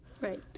Right